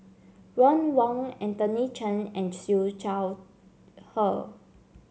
Ron Wong Anthony Chen and Siew Shaw Her